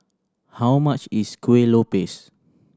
how much is Kueh Lopes